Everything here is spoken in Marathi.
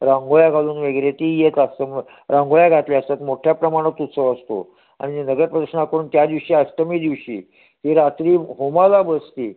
रांगोळ्या घालून वगैरे ती येत असतं मग रांगोळ्या घातल्या असतात मोठ्या प्रमाणात उत्सव असतो आणि नगर प्रदक्षिणा करून त्या दिवशी अष्टमी दिवशी ही रात्री होमाला बसते